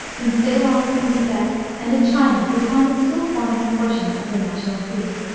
in ceylon, in thibet, and in china, we find it still forming a portion of the national creed.